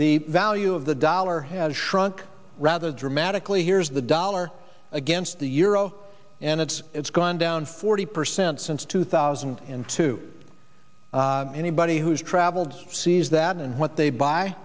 the value of the dollar has shrunk rather dramatically here is the dollar against the euro and it's it's gone down forty percent since two thousand and two anybody who's traveled sees that and what they buy